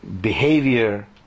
behavior